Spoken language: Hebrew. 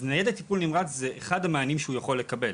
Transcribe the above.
ניידת טיפול זה אחד המענים שהוא יכול לקבל.